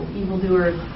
evildoers